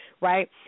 right